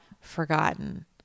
forgotten